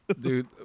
Dude